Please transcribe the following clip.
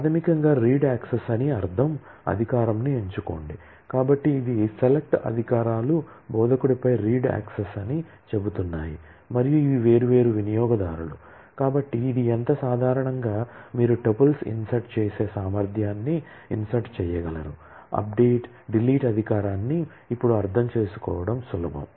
ప్రాథమికంగా read delete అధికారాన్ని ఇప్పుడు అర్థం చేసుకోవడం సులభం